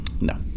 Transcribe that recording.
no